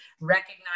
recognize